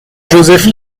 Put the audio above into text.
joseph